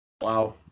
Wow